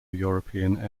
european